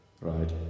right